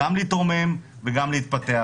להתרומם ולהתפתח.